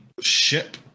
ship